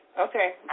Okay